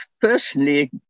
personally